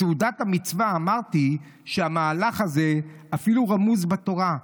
בסעודת המצווה אמרתי שהמהלך הזה אפילו רמוז בתורה.